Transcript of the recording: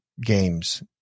games